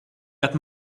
got